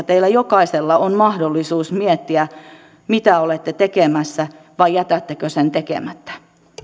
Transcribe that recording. teillä jokaisella on mahdollisuus miettiä mitä olette tekemässä vai jätättekö sen tekemättä